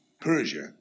Persia